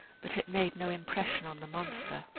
but it made no impression on the monster.